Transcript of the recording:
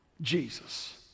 Jesus